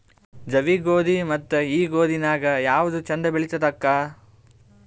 ಜವಿ ಗೋಧಿ ಮತ್ತ ಈ ಗೋಧಿ ನ್ಯಾಗ ಯಾವ್ದು ಛಂದ ಬೆಳಿತದ ಅಕ್ಕಾ?